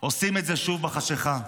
עושים את זה שוב, בחשכה,